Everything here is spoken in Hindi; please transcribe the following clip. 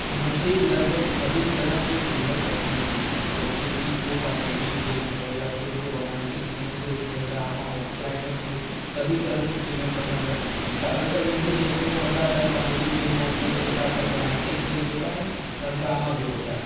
मुझे लगभग सभी तरह की फ़िल्में पसंद है जैसे कि वह कॉमेडी फ़िल्म हो या फ़िर वह रॉमेंटिक सीन्स हो उसमें ड्रामा हो क्लाइमेक्स हो सभी तरह के फ़िल्में पसंद है और ज़्यादातर मूवी देखने में मज़ा आता है कॉमेडी फ़िल्म होती है उसके साथ साथ रॉमेंटिक सीन्स होते हैं एंड ड्रामा भी होता है